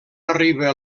arriba